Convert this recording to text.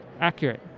accurate